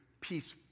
peace